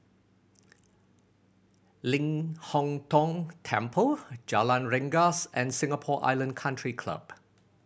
Ling Hong Tong Temple Jalan Rengas and Singapore Island Country Club